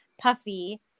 puffy